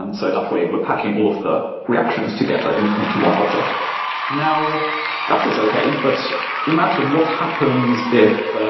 and so that way, we're packing all of the reactions together and into one object now that is okay, but imagine what happens if